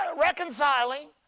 reconciling